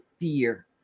fear